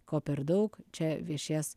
ko per daug čia viešės